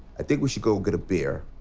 i think we should go get a beer,